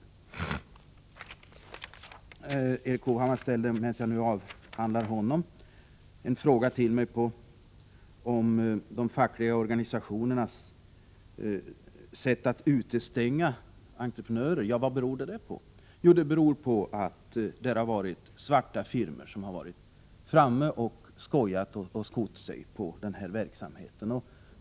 Medan jag nu avhandlar Erik Hovhammar kan jag svara på den fråga han ställde till mig om de fackliga organisationernas sätt att utestänga entreprenörer. Ja, men vad beror det på? Jo, det har varit svarta firmor framme och skojat och skott sig på den här verksamheten.